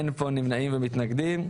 אין פה נמנעים ומתנגדים.